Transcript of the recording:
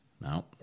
No